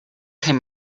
him